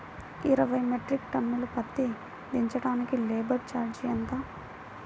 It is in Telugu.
ఇరవై మెట్రిక్ టన్ను పత్తి దించటానికి లేబర్ ఛార్జీ ఎంత?